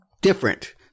different